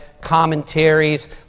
commentaries